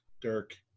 Dirk